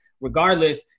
regardless